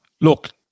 Look